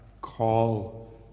call